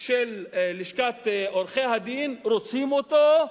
לשכת עורכי-הדין שרוצים אותו,